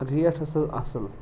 ریٹھ ٲس تَتھ اَصٕل